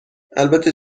البته